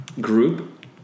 Group